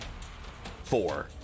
Four